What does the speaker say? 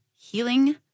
healing